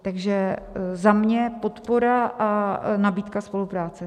Takže za mě podpora a nabídka spolupráce.